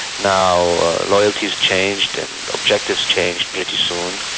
now loyalties changed and objectives changed pretty soon,